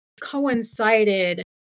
coincided